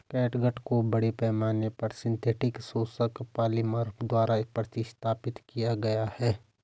catgut को बड़े पैमाने पर सिंथेटिक शोषक पॉलिमर द्वारा प्रतिस्थापित किया गया है